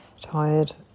Tired